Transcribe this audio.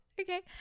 Okay